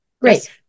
Great